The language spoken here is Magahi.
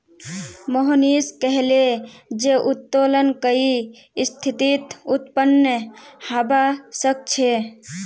मोहनीश कहले जे उत्तोलन कई स्थितित उत्पन्न हबा सख छ